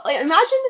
imagine